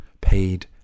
paid